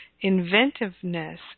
Inventiveness